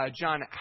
John